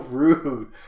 rude